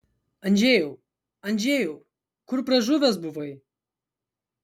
andžejau andžejau kur pražuvęs buvai